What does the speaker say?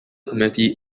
committee